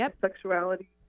sexuality